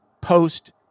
post